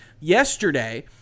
yesterday